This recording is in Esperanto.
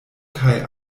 kaj